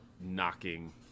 knocking